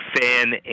fan